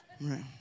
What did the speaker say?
right